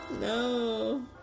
No